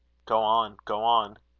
go on, go on.